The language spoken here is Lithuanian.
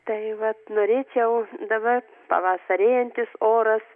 tai vat norėčiau dabar pavasarėjantis oras